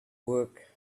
work